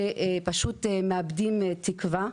והם פשוט מאבדים תקווה.